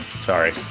Sorry